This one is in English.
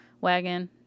wagon